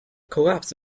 collapse